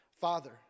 Father